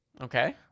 Okay